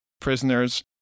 Prisoners